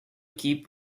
keep